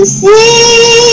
see